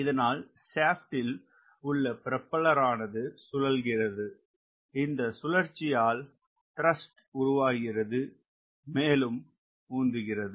இதனால் சாப்ட் இல் உள்ள ப்ரொபெல்லர் ஆனது சுழல்கிறது இந்த சுழற்சியால் த்ரஸ்ட் உருவாகிறது மேலும் உந்துகிறது